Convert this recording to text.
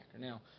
Now